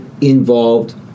involved